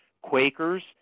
Quakers